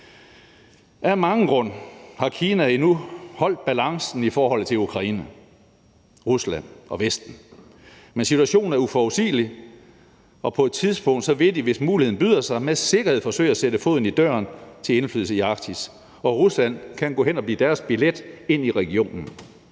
Af mange grunde har Kina endnu holdt balancen i forhold til Ukraine, Rusland og Vesten, men situationen er uforudsigelig, og på et tidspunkt vil de, hvis muligheden byder sig, med sikkerhed forsøge at sætte foden i døren til indflydelse i Arktis, og Rusland kan gå hen og blive deres billet til at gå ind i regionen.